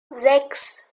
sechs